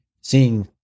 seeing